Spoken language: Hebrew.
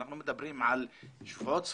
אנחנו מדברים על שבועות ספורים,